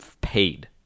paid